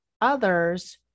others